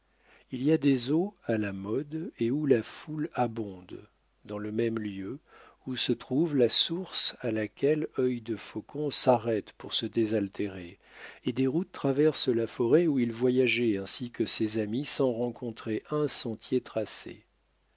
il y a des eaux à la mode et où la foule abonde dans le même lieu où se trouve la source à laquelle œil de faucon s'arrête pour se désaltérer et des routes traversent la forêt où il voyageait ainsi que ses amis sans rencontrer un sentier tracé